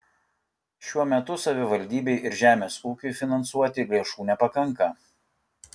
šiuo metu savivaldybei ir žemės ūkiui finansuoti lėšų nepakanka